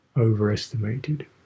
overestimated